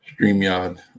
StreamYard